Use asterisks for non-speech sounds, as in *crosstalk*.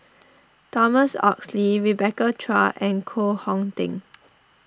Thomas Oxley Rebecca Chua and Koh Hong Teng *noise*